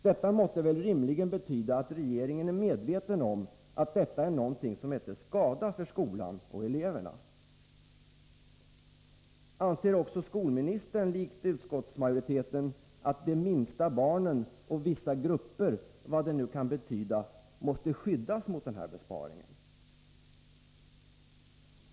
Detta måste väl rimligen betyda att regeringen är medveten om att förslaget är till skada för skolan och eleverna. Anser också utskottsmajoriteten, likt skolministern, att de yngsta barnen och ”vissa grupper” — vad det nu kan betyda — måste skyddas mot den här besparingen?